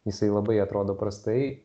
jisai labai atrodo prastai